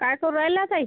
काय करून राह्यला ताई